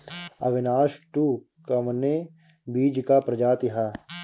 अविनाश टू कवने बीज क प्रजाति ह?